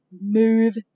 move